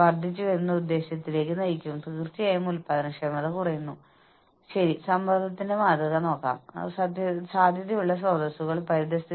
ജോലി അടിസ്ഥാനമാക്കിയുള്ള നഷ്ടപരിഹാര പദ്ധതികൾ ബിസിനസിന്റെ സ്വഭാവവും അതിന്റെ തനതായ പ്രശ്നങ്ങളും കണക്കിലെടുക്കുന്നില്ല